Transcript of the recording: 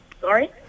Sorry